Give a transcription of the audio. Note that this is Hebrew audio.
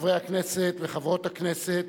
חברי הכנסת וחברות הכנסת,